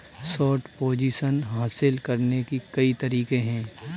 short position हासिल करने के कई तरीके हैं